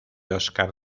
oscar